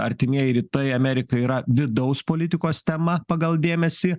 artimieji rytai amerikai yra vidaus politikos tema pagal dėmesį